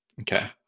Okay